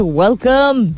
welcome